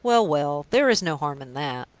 well, well! there is no harm in that.